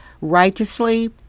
righteously